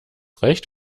recht